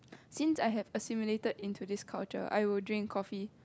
since I have assimilated into this culture I will drink coffee